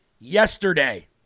yesterday